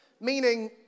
meaning